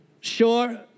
sure